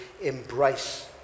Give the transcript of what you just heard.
embrace